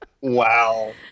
Wow